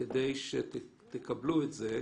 כנ"ל לגבי בעל השליטה.